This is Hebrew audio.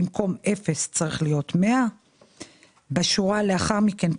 במקום 0 צריך להיות 100. בשורה לאחר מכן,